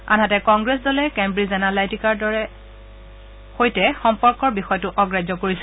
আনহাতে কংগ্ৰেছ দলে কেম্ব্ৰিজ এনালাইটিকাৰ সৈতে সম্পৰ্কৰ বিষয়টো অগ্ৰাহ্য কৰিছে